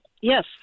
yes